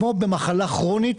כמו במחלה כרונית,